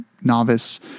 novice